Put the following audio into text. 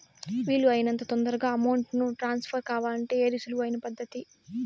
వీలు అయినంత తొందరగా అమౌంట్ ను ట్రాన్స్ఫర్ కావాలంటే ఏది సులువు అయిన పద్దతి